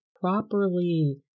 properly